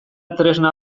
tresna